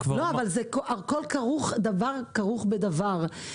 לא, אבל דבר כרוך בדבר.